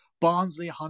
Barnsley